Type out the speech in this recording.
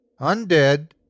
undead